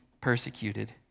persecuted